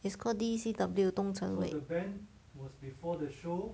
it's called D_C_W 东城卫